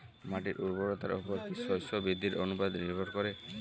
মাটির উর্বরতার উপর কী শস্য বৃদ্ধির অনুপাত নির্ভর করে?